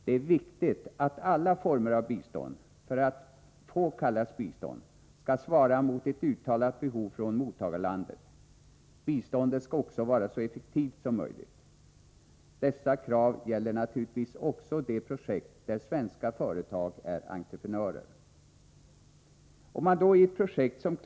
Det är viktigt att alla former av bistånd — för att få kallas bistånd — skall svara mot ett uttalat behov från mottagarlandet. Biståndet skall också vara så effektivt som möjligt. Dessa krav gäller naturligtvis också de projekt där svenska företag är entreprenörer.